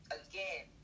again